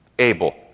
Able